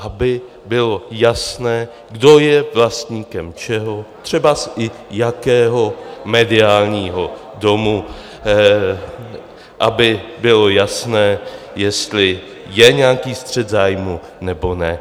Aby bylo jasné, kdo je vlastníkem čeho, třeba i jakého mediálního domu, aby bylo jasné, jestli je nějaký střet zájmů, nebo ne.